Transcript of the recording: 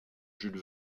jules